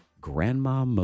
Grandma